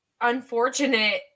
unfortunate